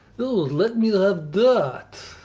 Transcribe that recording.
let me have that.